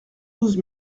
douze